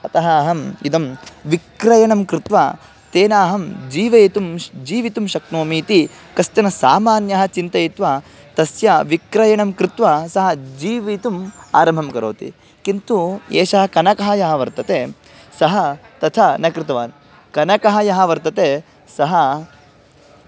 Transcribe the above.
अतः अहं इदं विक्रयणं कृत्वा तेन अहं जीवयितुं जीवितुं शक्नोमि इति कश्चन सामान्यः चिन्तयित्वा तस्य विक्रयणं कृत्वा सः जीवितुम् आरम्भं करोति किन्तु एषः कनकः यः वर्तते सः तथा न कृतवान् कनकः यः वर्तते सः